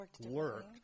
work